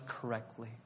correctly